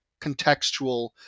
contextual